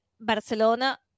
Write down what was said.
Barcelona